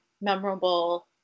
memorable